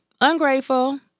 ungrateful